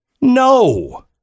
No